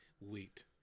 Wait